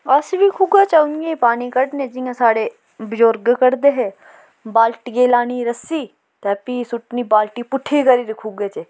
अस बी खूहै च उ'यां गै पानी कड्ढने जियां साढ़े बुजुर्ग कड्ढदे हे बालटियै गी लानी रस्सी ते फ्ही सुट्टनी बालटी पुट्ठी करी'र खुहै् च